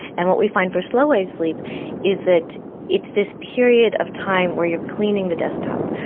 and what we find for slow wave sleep is that it's this period of time where you're cleaning the desktop.